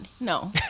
no